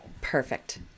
Perfect